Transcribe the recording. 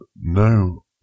no